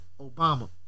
Obama